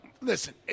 listen